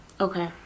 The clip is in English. Okay